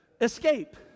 escape